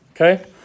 Okay